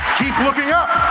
keep looking up.